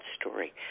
story